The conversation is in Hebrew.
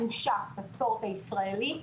אנושה, בספורט הישראלי.